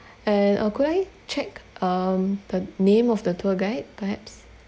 and uh could I check um the name of the tour guide perhaps